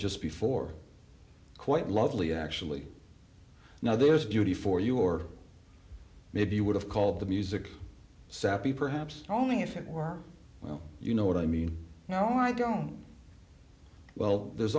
just before quite lovely actually now there's beauty for you or maybe you would have called the music sappy perhaps only if it were well you know what i mean no i don't well there's